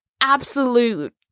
absolute